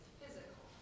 physical